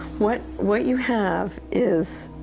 what what you have is